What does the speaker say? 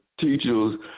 teachers